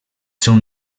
seu